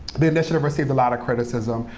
the initiative received a lot of criticism,